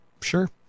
sure